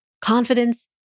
confidence